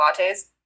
lattes